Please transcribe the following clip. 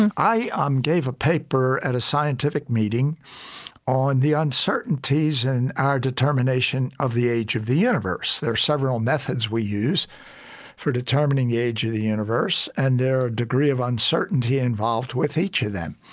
and i um gave a paper at a scientific meeting on the uncertainties and our determination of the age of the universe. there's several methods we use for determining the age of the universe and their degree of uncertainty involved with each of them.